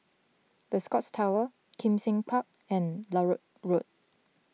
the Scotts Tower Kim Seng Park and Larut Road